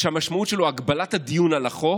שהמשמעות שלו היא הגבלת הדיון על החוק?